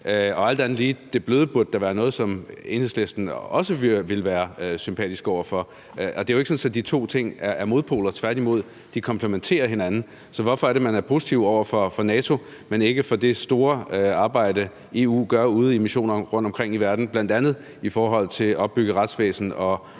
Og alt andet lige burde det bløde jo være noget af det, som Enhedslisten også ville finde sympatisk. Det er jo ikke sådan, at de to ting er modpoler; tværtimod komplementerer de hinanden. Så hvorfor er man positiv over for NATO, men ikke over for det store arbejde, EU gør ude i missionerne rundtomkring i verden, bl.a. i forhold til at opbygge et retsvæsen og